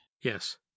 Yes